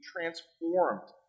transformed